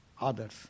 others